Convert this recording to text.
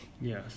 Yes